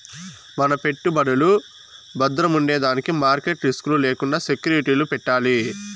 మన పెట్టుబడులు బద్రముండేదానికి మార్కెట్ రిస్క్ లు లేకండా సెక్యూరిటీలు పెట్టాలి